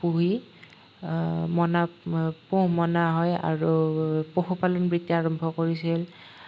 পুহি মনা পোহমনা হয় আৰু পশুপালন বিদ্যা আৰম্ভ কৰিছিল